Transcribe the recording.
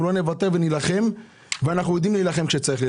אנחנו לא נוותר ונילחם וכשצריך להילחם,